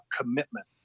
commitment